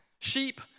Sheep